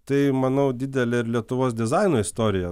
tai manau didelė ir lietuvos dizaino istorija